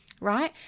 right